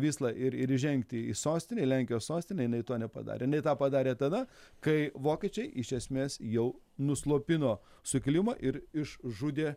vyslą ir ir įžengti į sostinę į lenkijos sostinę jinai to nepadarė jinai tą padarė tada kai vokiečiai iš esmės jau nuslopino sukilimą ir išžudė